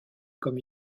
comme